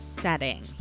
setting